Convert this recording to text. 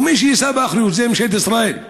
ומי שיישא באחריות זו ממשלת ישראל.